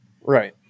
Right